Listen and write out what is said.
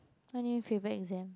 what you mean favourite exam